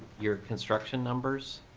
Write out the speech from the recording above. your construction numbers